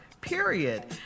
period